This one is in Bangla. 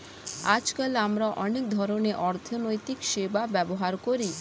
আজকাল আমরা অনেক ধরনের অর্থনৈতিক সেবা ব্যবহার করি